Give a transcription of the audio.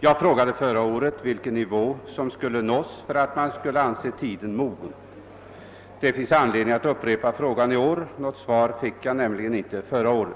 Jag frågade förra året vilken nivå som skulle nås för att man skulle anse tiden mogen, och det finns anledning att upprepa frågan i år; något svar fick jag nämligen inte den gången.